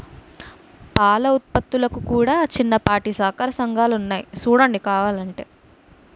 పాల ఉత్పత్తులకు కూడా చిన్నపాటి సహకార సంఘాలున్నాయి సూడండి కావలంటే